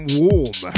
warm